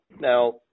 Now